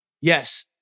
Yes